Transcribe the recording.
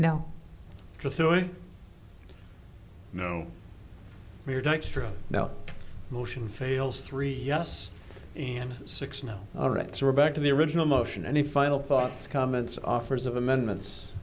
dykstra now motion fails three yes and six now all right so we're back to the original motion any final thoughts comments offers of amendments